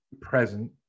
present